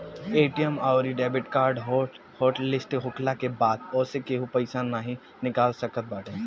ATM अउरी debit card hot list होखला के बाद ओसे केहू पईसा नाइ निकाल सकत बाटे